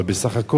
אבל, בסך הכול,